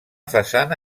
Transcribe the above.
façana